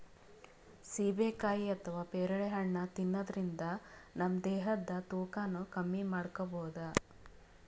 ಸೀಬೆಕಾಯಿ ಅಥವಾ ಪೇರಳೆ ಹಣ್ಣ್ ತಿನ್ನದ್ರಿನ್ದ ನಮ್ ದೇಹದ್ದ್ ತೂಕಾನು ಕಮ್ಮಿ ಮಾಡ್ಕೊಬಹುದ್